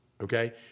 okay